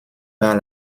par